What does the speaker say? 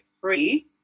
free